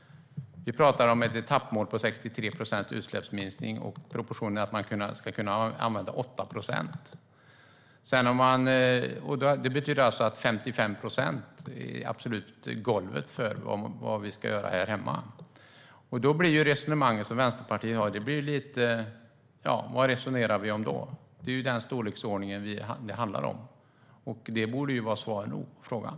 Vi pratar om ett etappmål om en utsläppsminskning på 63 procent. Man ska kunna använda 8 procent. Det betyder alltså att 55 procent är golvet för vad vi ska göra här hemma. Med det resonemang som Vänsterpartiet för undrar jag: Vad resonerar vi om då? Det är ju den här storleksordningen det handlar om. Det borde vara svar nog på frågan.